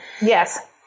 Yes